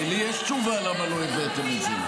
הרי לי יש תשובה למה לא הבאתם את זה.